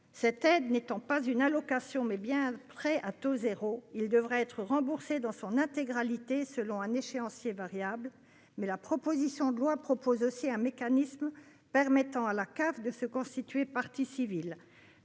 Cette aide étant non pas une allocation, mais bien un prêt à taux zéro, elle devra être remboursée dans son intégralité selon un échéancier variable. Cependant, la proposition de loi contient un mécanisme permettant à la CAF de se constituer partie civile.